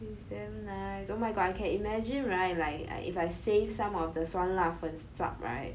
it's damn nice oh my god I can imagine right like I if I save some of the 酸辣粉 chap right